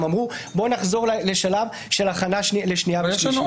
אמרו: נחזור לשלב של הכנה לשנייה ושלישית.